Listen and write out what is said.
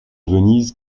venise